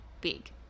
big